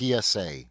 PSA